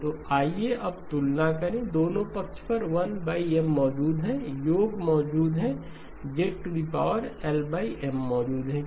Y21M k0M 1X2ZLMWkLM तो आइए हम तुलना करें दोनों पक्षों पर 1 M मौजूद है योग मौजूद हैZLM मौजूद है